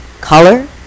color